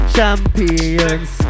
Champions